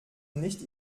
nicht